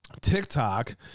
TikTok